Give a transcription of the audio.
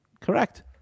Correct